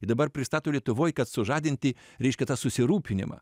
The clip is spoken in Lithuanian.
ir dabar pristato lietuvoj kad sužadinti reiškia tą susirūpinimą